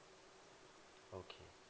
okay